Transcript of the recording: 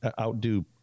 outdo